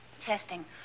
Testing